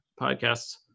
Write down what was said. podcasts